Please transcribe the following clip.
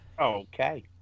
okay